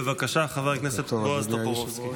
בבקשה, חבר הכנסת בועז טופורובסקי.